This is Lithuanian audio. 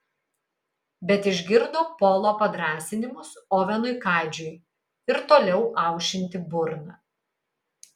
bet išgirdo polo padrąsinimus ovenui kadžiui ir toliau aušinti burną